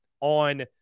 on